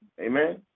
Amen